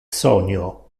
sonio